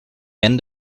end